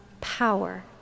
power